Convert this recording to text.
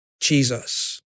Jesus